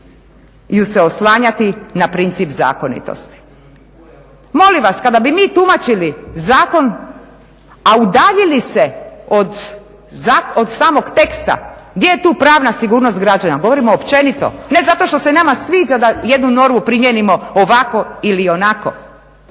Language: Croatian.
moraju se oslanjati na princip zakonitosti. Molim vas kada bi mi tumačili zakon a udavili se od samog teksta gdje je tu pravna sigurnost građana, govorim općenito ne zato što se nama sviđa da jednu normu primijenimo ovako ili onako.